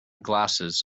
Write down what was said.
glasses